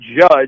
judge